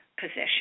position